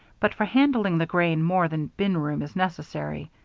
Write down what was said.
but for handling the grain more than bin room is necessary.